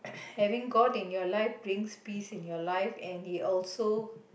having god in your life brings peace in your life and he also